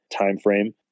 timeframe